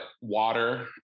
water